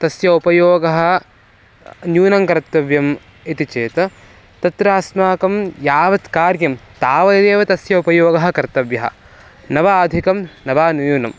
तस्य उपयोगः न्यूनं कर्तव्यम् इति चेत् तत्र अस्माकं यावत् कार्यं तावदेव तस्य उपयोगः कर्तव्यः न वा अधिकं न वा न्यूनं